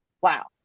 wow